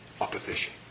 opposition